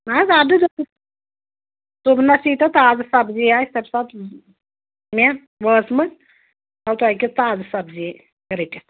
اَدٕ حظ صُبنَس ییٖتو تازٕ سَبزی آسہِ تَمہِ ساتہٕ مےٚ وٲژمٕژ تازٕ سَبزی رٔٹِتھ